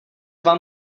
vám